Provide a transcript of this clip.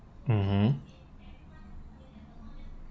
mmhmm